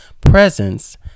presence